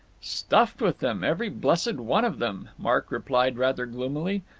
stuffed with them, every blessed one of them, mark replied rather gloomily.